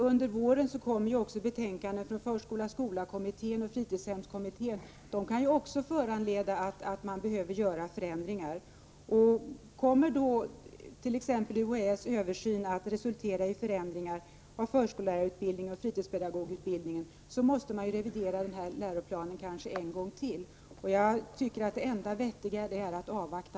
Under våren kommer dessutom betänkanden från förskola-skola-kommittén och fritidshemskommittén. Dessa kan också föranleda förändringar. Om UHÄ:s översyn kommer att resultera i förändringar av t.ex. förskollärarutbildningen och fritidspedagogutbildningen så måste man kanske revidera läroplanen en gång till. Jag tycker att det enda vettiga är att avvakta.